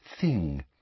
thing